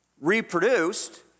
reproduced